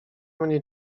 mnie